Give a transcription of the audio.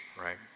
right